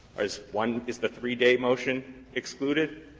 ah is one is the three day motion excluded?